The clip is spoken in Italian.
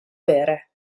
bere